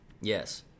Yes